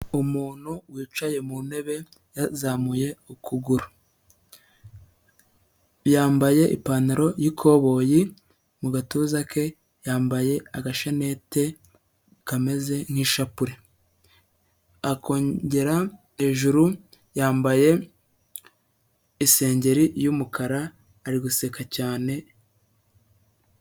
Umuntu wicaye mu intebe yazamuye ukuguru, yambaye ipantaro y'ikoboyi mu gatuza ke yambaye agasheneti kameze nk'ishapule. Akongera hejuru yambaye isengeri y'umukara ari guseka cyane.